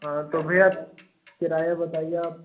हाँ तो भैया किराया बताइए आप